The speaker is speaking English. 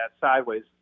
sideways